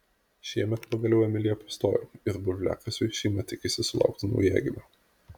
šiemet pagaliau emilija pastojo ir bulviakasiui šeima tikisi sulaukti naujagimio